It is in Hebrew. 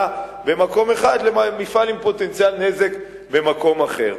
במקום אחד למפעל עם פוטנציאל נזק במקום אחר.